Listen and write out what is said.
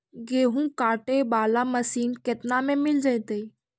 गेहूं काटे बाला मशीन केतना में मिल जइतै?